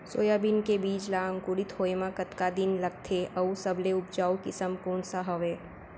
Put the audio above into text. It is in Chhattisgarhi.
सोयाबीन के बीज ला अंकुरित होय म कतका दिन लगथे, अऊ सबले उपजाऊ किसम कोन सा हवये?